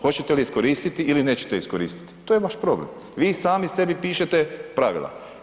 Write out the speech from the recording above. Hoćete li je iskoristiti ili nećete iskoristiti to je vaš problem, vi sami sebi pišete pravila.